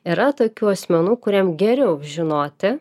yra tokių asmenų kuriems geriau žinoti